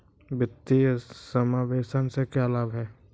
वित्तीय समावेशन के क्या लाभ हैं?